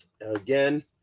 again